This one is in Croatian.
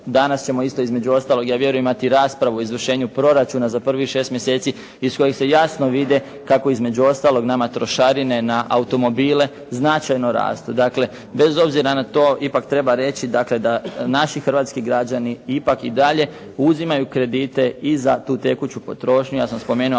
danas ćemo isto, između ostalog ja vjerujem imati raspravu o izvršenju proračuna za prvih 6 mjeseci iz kojih se jasno vide kako između ostalog nama trošarine na automobile značajno rastu. Dakle, bez obzira na to, ipak treba reći da naši hrvatski građani ipak i dalje uzimaju kredite i za tu tekuću potrošnju. Ja sam spomenuo